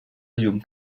llum